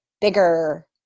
bigger